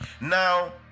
Now